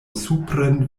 supren